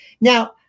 Now